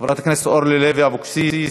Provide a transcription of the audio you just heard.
חברת הכנסת אורלי לוי אבקסיס,